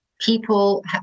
people